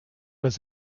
does